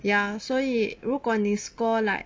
ya 所以如果你 score like